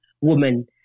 Woman